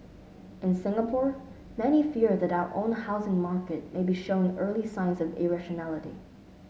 in Singapore many fear that our own housing market may be showing early signs of irrationality